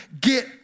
Get